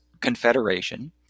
confederation